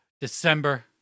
December